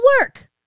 work